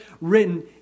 written